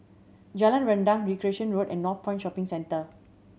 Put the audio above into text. Jalan Rendang Recreation Road and Northpoint Shopping Centre